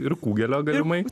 ir kugelio galimai